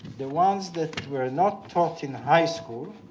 the ones that were not taught in high school.